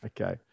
Okay